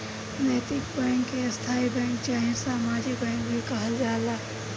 नैतिक बैंक के स्थायी बैंक चाहे सामाजिक बैंक भी कहल जाला